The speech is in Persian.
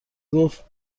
گفتمن